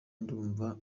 ndumva